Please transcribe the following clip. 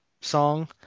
song